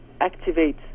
activate